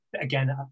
Again